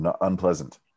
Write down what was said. unpleasant